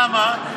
למה?